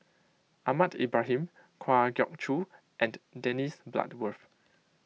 Ahmad Ibrahim Kwa Geok Choo and Dennis Bloodworth